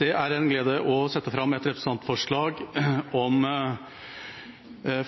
Det er en glede å sette fram et representantforslag om